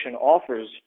offers